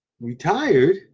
retired